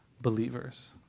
believers